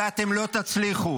ואתם לא תצליחו.